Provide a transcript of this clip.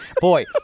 Boy